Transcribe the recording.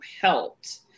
helped